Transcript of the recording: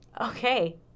Okay